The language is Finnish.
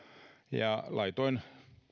ja laitoin